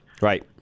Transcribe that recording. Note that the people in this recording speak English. Right